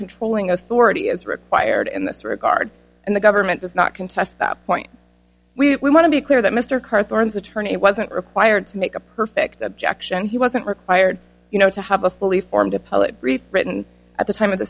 controlling authority is required in this regard and the government does not contest that point we want to be clear that mr karr therms attorney wasn't required to make a perfect objection he wasn't required you know to have a fully formed appellate brief written at the time of the